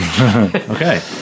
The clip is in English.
Okay